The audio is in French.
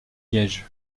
liège